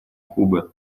кубы